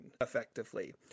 effectively